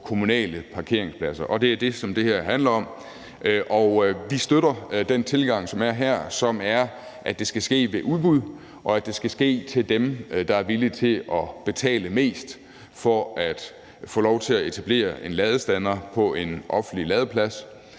kommunale parkeringspladser. Det er det, som det her handler om. Vi støtter den tilgang, der er her, som er, at det skal ske ved udbud, og at det skal gives til dem, der er villige til at betale mest for at få lov til at etablere en ladestander på en offentlig ladeplads.